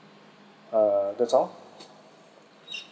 uh that's all